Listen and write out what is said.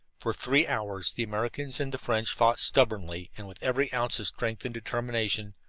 for three hours the americans and the french fought stubbornly and with every ounce of strength and determination.